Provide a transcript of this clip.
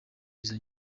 izo